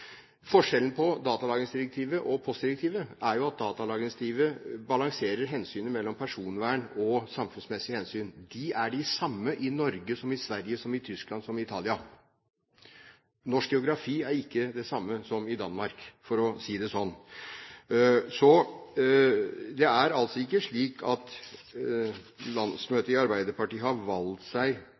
Forskjellen på datalagringsdirektivet og postdirektivet er jo at datalagringsdirektivet balanserer hensynet mellom personvern og samfunnsmessige hensyn – de er de samme i Norge som i Sverige, Tyskland og Italia. Norsk geografi er ikke den samme som i Danmark, for å si det sånn. Det er altså ikke slik at landsmøtet i Arbeiderpartiet har valgt seg